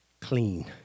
clean